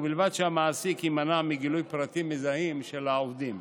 ובלבד שהמעסיק יימנע מגילוי פרטים מזהים של עובדים.